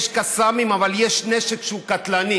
יש קסאמים אבל יש נזק שהוא קטלני